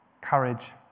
courage